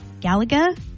Galaga